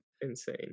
Insane